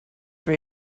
for